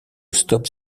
stop